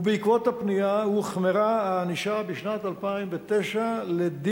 ובעקבות הפנייה הוחמרה הענישה בשנת 2009 לדין